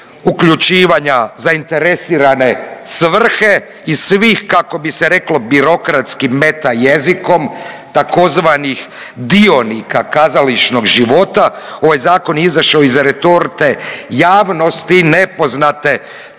uključivanja zainteresirane svrhe i svih, kako bi se reklo, birokratskim meta-jezikom, tzv. dionika kazališnog života, ovaj Zakon je izašao iz retorte javnosti nepoznate tajnovite